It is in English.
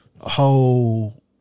whole